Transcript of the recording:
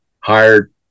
hired